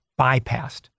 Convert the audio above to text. bypassed